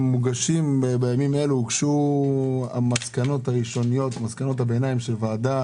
בימים אלו הוגשו מסקנות הביניים של הוועדה